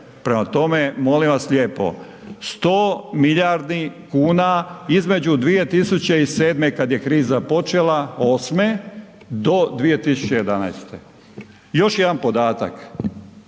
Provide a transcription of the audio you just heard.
Prema tome, molim vas lijepo 100 milijardi kuna između 2007. kad je kriza počela '08., do 2011. Još jedan podatak